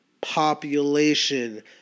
population